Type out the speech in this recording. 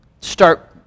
start